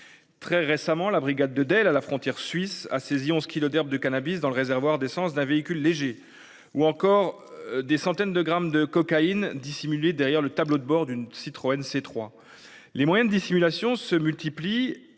Très récemment, la brigade de Dell, à la frontière suisse a saisi 11 kilos d'herbe de cannabis dans le réservoir d'essence d'un véhicule léger ou encore des centaines de grammes de cocaïne dissimulés derrière le tableau de bord d'une Citroën C3, les moyens de dissimulation se multiplient